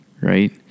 right